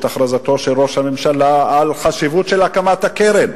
את הכרזתו של ראש הממשלה על החשיבות של הקמת הקרן.